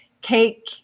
cake